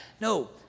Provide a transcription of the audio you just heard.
No